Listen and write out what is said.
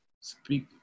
speak